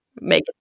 make